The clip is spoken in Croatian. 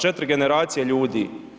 4 generacije ljudi.